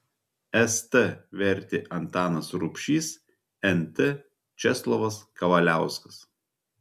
st vertė antanas rubšys nt česlovas kavaliauskas